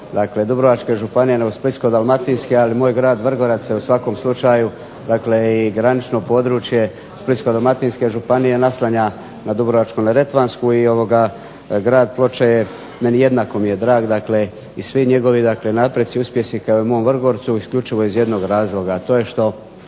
županije nego Splitsko-dalmatinske ali moj grad Vrgorac se u svakom slučaj dakle i granično područje Splitsko-dalmatinske županije naslanja na Dubrovačko-neretvansku i grad Ploče mini je jednako drag i svi njegovi napreci i uspjesi kao i u mom Vrgorcu isključivo iz jednog razloga,